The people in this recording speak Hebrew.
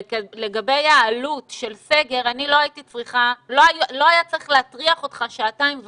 לגבי העלות של סגר לא היה צריך להטריח אותך שעתיים וחצי,